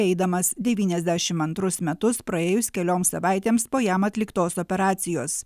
eidamas devyniasdešim antrus metus praėjus kelioms savaitėms po jam atliktos operacijos